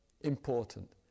important